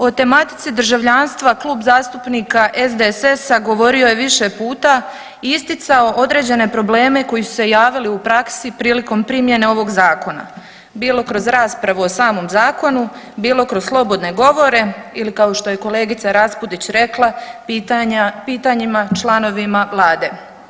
O tematici državljanstva Klub zastupnika SDSS-a govorio je više puta i isticao određene probleme koji su se javili u praksi prilikom primjene ovog zakona bilo kroz raspravu o samom zakonu, bilo kroz slobodne govore ili kao što je kolegica Raspudić rekla, pitanja, pitanjima članovima vlade.